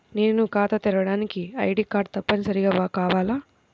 నేను ఖాతా తెరవడానికి ఐ.డీ కార్డు తప్పనిసారిగా కావాలా?